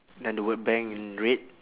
then the word bank in red